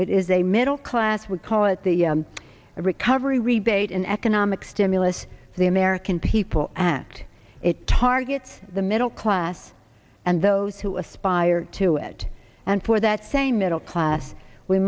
it is a middle class we call it the recovery rebate an economic stimulus to the american people act it targets the middle class and those who aspire to it and for that same middle class we